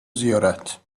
زیارت